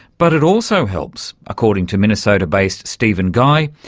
but it also helps, according to minnesota-based stephen guy,